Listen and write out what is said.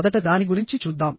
మొదట దాని గురించి చూద్దాం